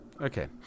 Okay